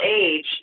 age